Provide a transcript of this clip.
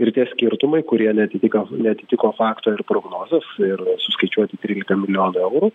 ir tie skirtumai kurie neatitika neatitiko fakto ir prognozės ir suskaičiuoti trylika milijonų eurų